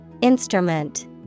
Instrument